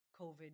COVID